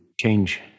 change